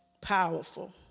Powerful